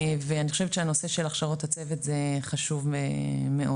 ואני חושבת שהנושא של הכשרות הצוות זה חשוב מאוד.